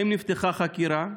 1. האם נפתחה חקירה?